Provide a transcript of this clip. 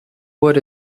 wood